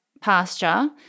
pasture